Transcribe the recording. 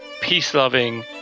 peace-loving